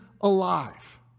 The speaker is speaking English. alive